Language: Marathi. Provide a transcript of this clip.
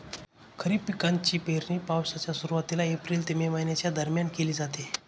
खरीप पिकांची पेरणी पावसाच्या सुरुवातीला एप्रिल ते मे च्या दरम्यान केली जाते